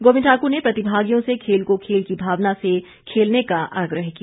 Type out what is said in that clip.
गोविंद ठाकूर ने प्रतिभागियों से खेल को खेल की भावना से खेलने का आग्रह किया